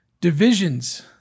divisions